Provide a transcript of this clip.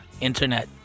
internet